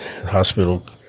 hospital